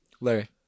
Larry